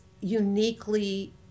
uniquely